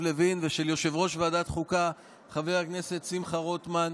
לוין ושל יושב-ראש ועדת החוקה חבר הכנסת שמחה רוטמן.